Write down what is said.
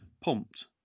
pumped